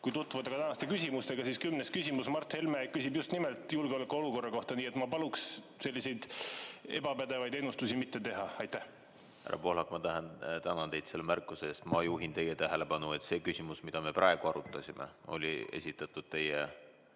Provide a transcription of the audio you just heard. Kui tutvuda tänaste küsimustega, siis kümnes küsimus, mille Mart Helme küsib, on just nimelt julgeolekuolukorra kohta. Nii et ma paluksin selliseid ebapädevaid ennustusi mitte teha. Härra Pohlak, ma tänan teid selle märkuse eest! Ma juhin teie tähelepanu sellele, et küsimus, mida me praegu arutasime, oli teie